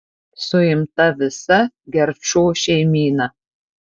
suimta visa gerčų šeimyna